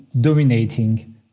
dominating